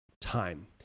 time